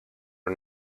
are